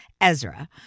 Ezra